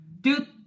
dude